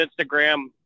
Instagram